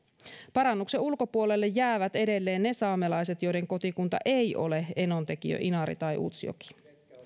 parannuksen ulkopuolelle jäävät edelleen ne saamelaiset joiden kotikunta ei ole enontekiö inari tai utsjoki